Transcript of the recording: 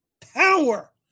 power